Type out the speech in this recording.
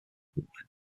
their